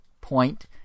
point